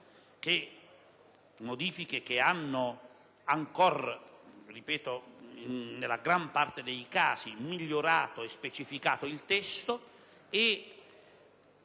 modifiche che hanno ancora nella gran parte dei casi migliorato e specificato il testo.